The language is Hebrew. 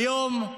היום,